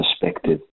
perspective